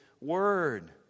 word